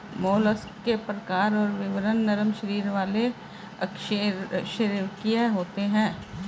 mollusc के प्रकार और विवरण नरम शरीर वाले अकशेरूकीय होते हैं